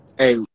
Hey